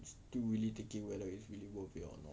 still really thinking whether it's really worth it or not